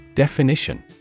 Definition